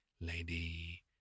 Lady